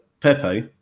Pepe